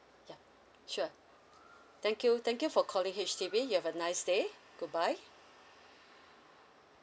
yeah sure thank you thank you for calling H_D_B you have a nice day goodbye